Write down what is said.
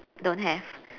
don't have